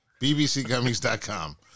bbcgummies.com